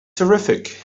terrific